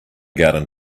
garden